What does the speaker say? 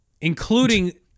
including